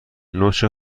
نوچه